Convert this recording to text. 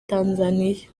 tanzaniya